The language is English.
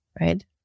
right